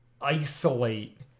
isolate